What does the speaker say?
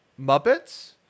Muppets